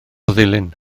ddulyn